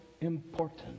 important